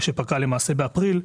ולמעשה פקעה באפריל,